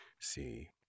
see